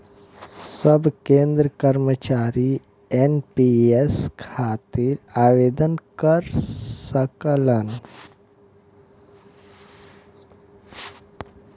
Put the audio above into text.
सब केंद्र कर्मचारी एन.पी.एस खातिर आवेदन कर सकलन